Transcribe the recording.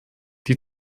die